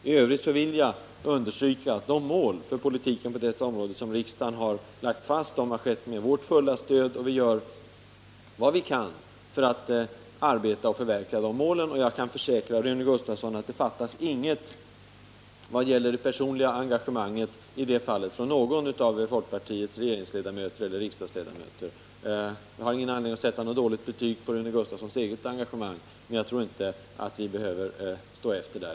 I övrigt vill jag stryka under de mål för politiken på detta område som riksdagen har lagt fast. Det har skett med vårt fulla stöd, och vi gör vad vi kan för att förverkliga de målen. Jag kan försäkra Rune Gustavsson att det fattas ingenting vad gäller det personliga engagemanget hos någon av folkpartiets regeringsledamöter eller riksdagsledamöter. Jag har ingen anledning att sätta något dåligt betyg på Rune Gustavssons eget engagemang, men jag tror inte att vi behöver stå honom efter.